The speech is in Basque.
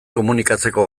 komunikatzeko